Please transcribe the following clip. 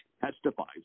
testifies